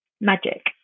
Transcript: magic